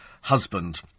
husband